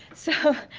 so,